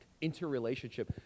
Interrelationship